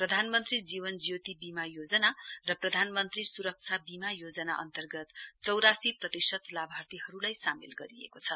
प्रधानमन्त्री जीवन ज्योति वीमा योजना र प्रधानमन्त्री सुरक्षा वीमा योजना अन्तर्गत चौरासी प्रतिशत लाभार्थीहरुलाई सामेल गरिएको छ